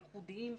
הייחודיים,